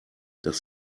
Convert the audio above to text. das